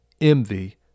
envy